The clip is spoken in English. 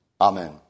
Amen